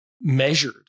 measured